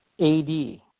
AD